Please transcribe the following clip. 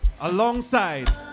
alongside